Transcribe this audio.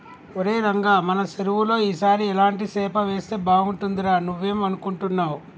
ఒరై రంగ మన సెరువులో ఈ సారి ఎలాంటి సేప వేస్తే బాగుంటుందిరా నువ్వేం అనుకుంటున్నావ్